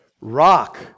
Rock